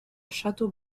château